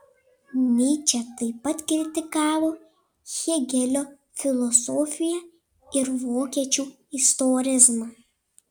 nyčė taip pat kritikavo hėgelio filosofiją ir vokiečių istorizmą